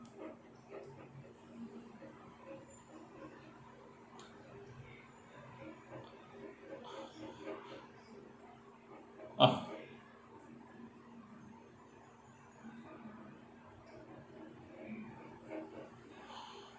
uh